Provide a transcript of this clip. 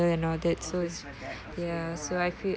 all things like that okay alright okay